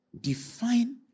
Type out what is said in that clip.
Define